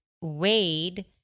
Wade